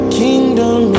kingdom